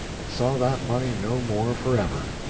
and saw that money no more forever.